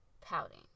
pouting